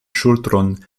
ŝultron